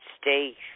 stay